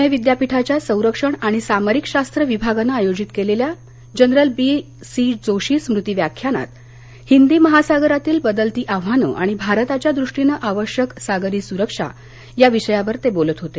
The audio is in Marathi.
पुणे विद्यापीठाच्या संरक्षण आणि सामरीक शास्त्र विभागानं आयोजित केलेल्या जनरल बी सी जोशी स्मृती व्याख्यानात हिंद महासागरातील बदलती आव्हानं आणि भारताच्या दृष्टीने आवश्यक सागरी सुरक्षा या विषयावर ते बोलत होते